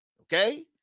Okay